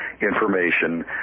information